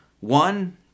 One